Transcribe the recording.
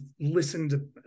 listened